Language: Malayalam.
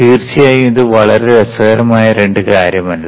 തീർച്ചയായും ഇത് വളരെ രസകരമായ രണ്ട് കാര്യമല്ല